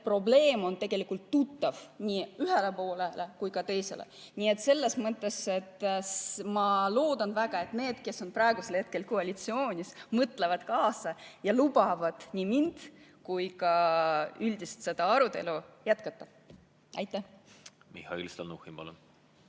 probleem on tegelikult tuttav nii ühele poolele kui ka teisele. Nii et selles mõttes ma loodan väga, et need, kes on praegu koalitsioonis, mõtlevad kaasa ja lubavad nii minul kui ka üldiselt seda arutelu jätkata. Väga õigesti sa,